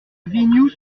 vignoux